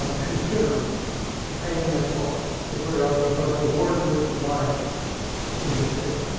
ah consider paying that cost to put it out. because a war's worth of lives is at stake.